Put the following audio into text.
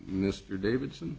mr davidson